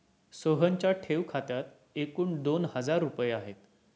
सोहनच्या ठेव खात्यात एकूण दोन हजार रुपये आहेत